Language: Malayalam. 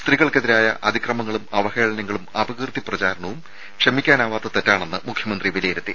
സ്ത്രീകൾക്കെതിരായ അതിക്രമങ്ങളും അവഹേളനങ്ങളും അപകീർത്തി പ്രചാരണവും ക്ഷമിക്കാനാവാത്ത തെറ്റാണെന്ന് മുഖ്യമന്ത്രി വിലയിരുത്തി